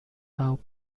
how